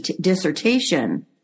dissertation